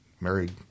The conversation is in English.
married